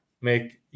make